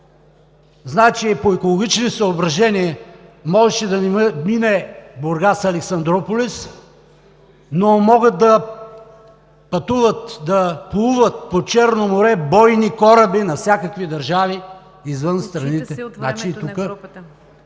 Значи по екологични съображение можеше да не мине Бургас – Александруполис, но могат да пътуват, да плуват по Черно море бойни кораби на всякакви държави, извън страните…